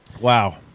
Wow